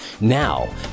Now